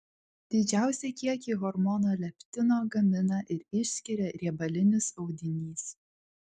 didžiausią kiekį hormono leptino gamina ir išskiria riebalinis audinys